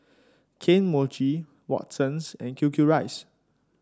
Kane Mochi Watsons and Q Q rice